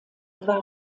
war